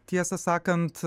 tiesą sakant